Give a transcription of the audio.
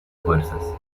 fuerzas